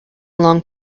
long